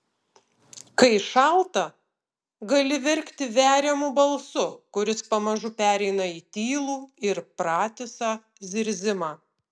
kai šalta gali verkti veriamu balsu kuris pamažu pereina į tylų ir pratisą zirzimą